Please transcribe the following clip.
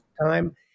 time